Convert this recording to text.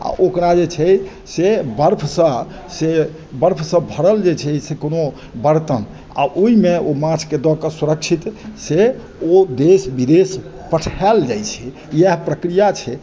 आओर ओकरा जे छै से बर्फसँ से बर्फसँ भरल जे छै से कोनो बरतन आओर ओइमे ओ माछके दऽ कऽ सुरक्षित से ओ देश विदेश पठायल जाइ छै इएह प्रक्रिया छै